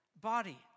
body